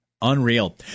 unreal